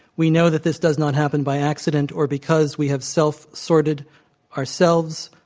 we know that this does not happen by accident or because we have self-sorted ourselves.